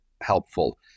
helpful